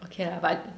okay lah but